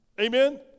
Amen